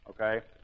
Okay